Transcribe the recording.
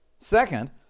Second